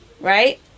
Right